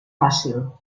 fàcil